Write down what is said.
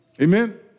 Amen